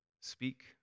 Speak